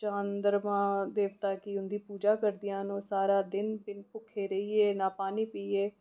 चंद्रमा देवता गी उं'दी पूजा करदियां न ओह् सारा भुक्खे रेहियै ना पानी पीऐ